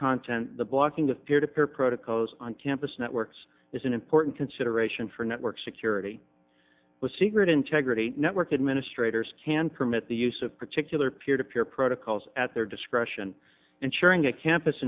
content the blocking of peer to peer protocols on campus networks is an important consideration for network security with secret integrity network administrators can permit the use of particular peer to peer protocols at their discretion ensuring a campus